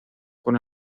con